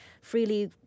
freely